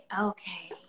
okay